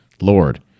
Lord